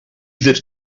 that